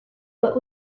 but